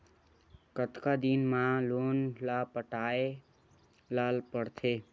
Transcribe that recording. कतका दिन मा लोन ला पटाय ला पढ़ते?